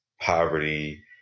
poverty